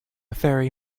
fairy